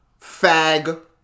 Fag